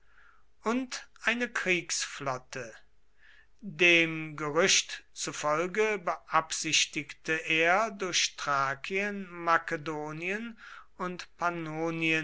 und eine kriegsflotte dem gerücht zufolge beabsichtigte er durch thrakien makedonien und pannonien